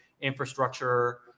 infrastructure